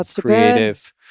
Creative